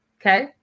okay